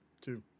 two